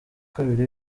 kabiri